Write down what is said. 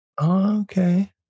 Okay